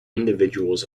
individuals